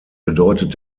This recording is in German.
bedeutet